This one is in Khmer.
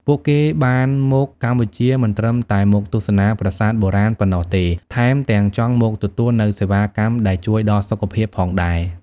ពួកគេបានមកកម្ពុជាមិនត្រឹមតែមកទស្សនាប្រាសាទបុរាណប៉ុណ្ណោះទេ ថែមទាំងចង់មកទទួលនូវសេវាកម្មដែលជួយដល់សុខភាពផងដែរ។